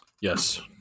Yes